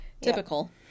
typical